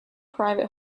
private